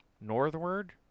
Northward